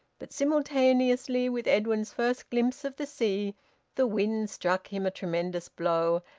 but simultaneously with edwin's first glimpse of the sea the wind struck him a tremendous blow,